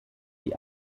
die